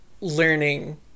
learning